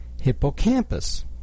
Hippocampus